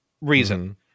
reason